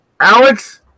Alex